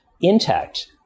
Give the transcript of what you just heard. intact